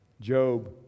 Job